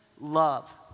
love